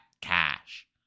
cash